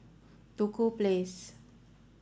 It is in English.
Duku Place